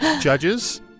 Judges